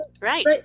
right